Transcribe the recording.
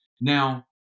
Now